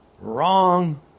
wrong